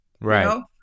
Right